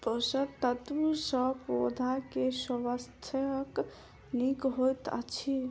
पोषक तत्व सॅ पौधा के स्वास्थ्य नीक होइत अछि